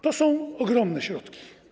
To są ogromne środki.